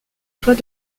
toit